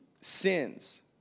sins